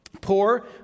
Poor